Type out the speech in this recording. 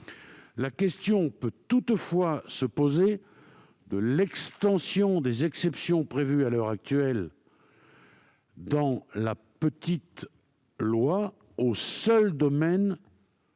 la question peut toutefois se poser de l'extension des exceptions prévues à l'heure actuelle dans la petite loi au seul domaine